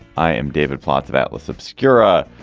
i am david plotz of atlas obscura.